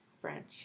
French